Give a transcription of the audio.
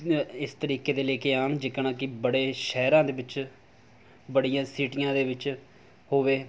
ਇਸ ਤਰੀਕੇ ਦੇ ਲੈ ਕੇ ਆਉਣ ਜਿੱਕਣਾ ਕਿ ਬੜੇ ਸ਼ਹਿਰਾਂ ਦੇ ਵੇਿੱਚ ਬੜੀਆਂ ਸਿਟੀਆਂ ਦੇ ਵਿੱਚ ਹੋਵੇ